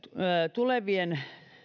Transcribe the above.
tulevien